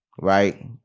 right